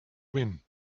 win